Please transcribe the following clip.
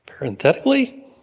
Parenthetically